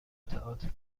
تئاتر